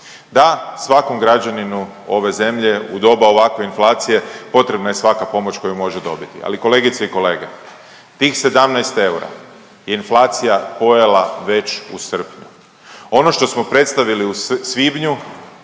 Da svakom građaninu ove zemlje u doba ovakve inflacije potrebna je svaka pomoć koju može dobiti. Ali, kolegice i kolege tih 17 eura je inflacija pojela već u srpnju. Ono što smo predstavili u svibnju